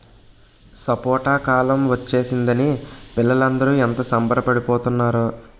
సపోటా కాలం ఒచ్చేసిందని పిల్లలందరూ ఎంత సంబరపడి పోతున్నారో